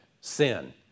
sin